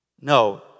No